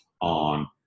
on